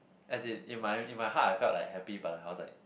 as in in my in my heart I felt like happy but I was like